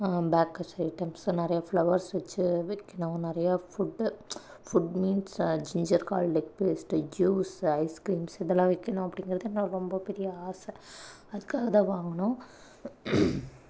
bakery items நிறைய flowers வச்சு வைக்கணும் நிறைய food food means ginger garlic paste juice ice creams இதெல்லாம் வைக்கணும் அப்படிங்கிறது என்னோட ரொம்ப பெரிய ஆசை அதுக்காக தான் வாங்கினோம்